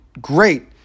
great